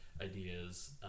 ideas